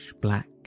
black